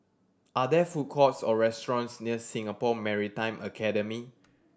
are there food courts or restaurants near Singapore Maritime Academy